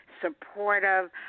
supportive